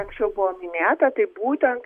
anksčiau buvo minėta tai būtent